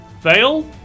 fail